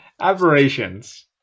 Aberrations